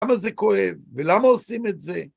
למה זה כואב? ולמה עושים את זה?